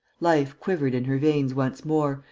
life quivered in her veins once more,